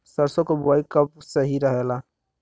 सरसों क बुवाई कब सही रहेला?